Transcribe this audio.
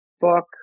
book